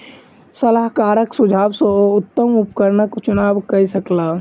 सलाहकारक सुझाव सॅ ओ उत्तम उपकरणक चुनाव कय सकला